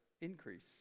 increase